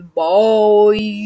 bye